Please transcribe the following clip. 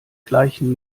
gleichen